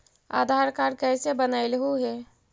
आधार card कईसे बनैलहु हे?